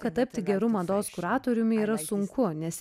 kad tapti geru mados kuratoriumi yra sunku nes